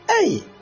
hey